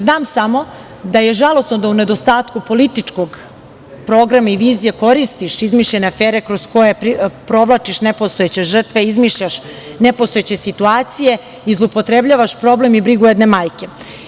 Znam samo da je žalosno da u nedostatku političkog programa i vizija koristiš izmišljene afere kroz koje provlačiš nepostojeće žrtve, izmišljaš nepostojeće situacije, i zloupotrebljavaš problem i brigu jedne majke.